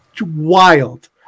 wild